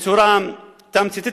בצורה תמציתית,